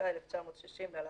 התשכ"א-1960 (להלן,